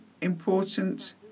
important